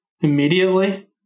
immediately